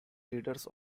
leaders